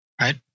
Right